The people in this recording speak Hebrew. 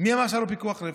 מי אמר שהיה לו פיקוח נפש?